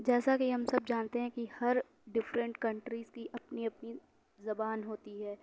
جیسا کہ ہم سب جانتے ہیں کہ ہر ڈفرینٹ کنٹریز کی اپنی اپنی زبان ہوتی ہے